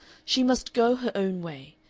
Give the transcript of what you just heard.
she must go her own way.